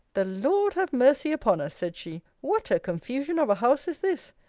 the lord have mercy upon us! said she what a confusion of a house is this!